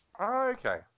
okay